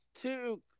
two –